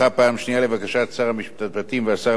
לבקשת שר המשפטים והשר לביטחון הפנים,